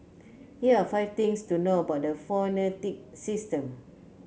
here are five things to know about the phonetic system